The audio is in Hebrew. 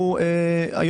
הראשון,